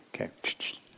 Okay